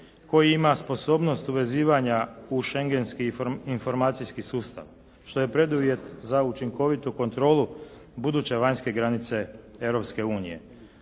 koji ima sposobnost uvezivanja u scehngenski informacijski sustav što je preduvjet za učinkovitu kontrolu buduće vanjske granice